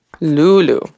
Lulu